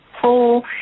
pull